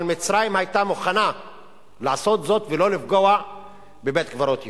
אבל מצרים היתה מוכנה לעשות ולא לפגוע בבית-קברות יהודי.